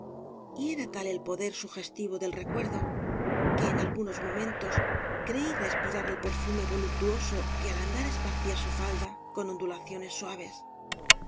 y era tal el poder sugestivo del recuerdo que en algunos momentos creí respirar el perfume voluptuoso que al andar esía su falda con ondulaciones suaves